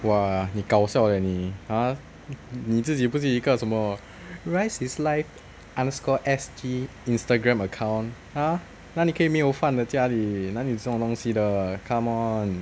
!wah! 你搞笑 leh 你 !huh! 你自己不是有一个什么 rice is life underscore S_G Instagram account !huh! 哪里可以没有饭的家里哪里有这种东西的 come on